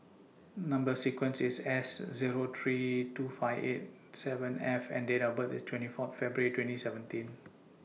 Number sequence IS S Zero three two five eight seven F and Date of birth IS twenty Fourth February twenty seventeen